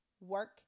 Work